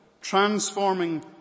transforming